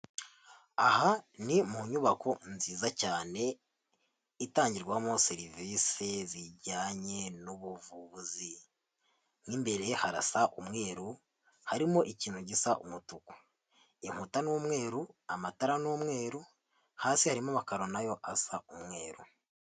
Aha ni mu nyubako nziza cyane itangirwamo serivisi zijyanye n'ubuvuzi, mo imbere harasa umweru, harimo ikintu gisa umutuku, inkuta n'umweru, amatara n'umweru hasi harimo amakaro nayo asa umweru.